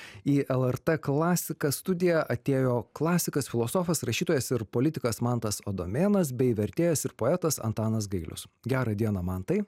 į lrt klasika studiją atėjo klasikas filosofas rašytojas ir politikas mantas adomėnas bei vertėjas ir poetas antanas gailius gerą dieną mantai